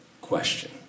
question